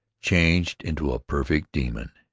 changed into a perfect demon,